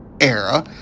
era